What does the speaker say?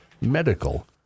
medical